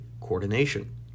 coordination